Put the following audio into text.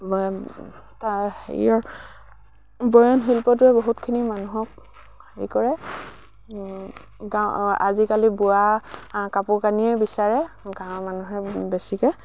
হেৰিয়ৰ বয়ন শিল্পটোৱে বহুতখিনি মানুহক হেৰি কৰে আজিকালি বোৱা কাপোৰ কানিয়ে বিচাৰে গাঁৱৰ মানুহে বেছিকে